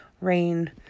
rain